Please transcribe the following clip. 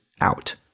out